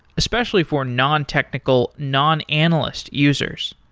especially for non-technical non-analyst users.